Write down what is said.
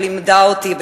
שלימדה אותי,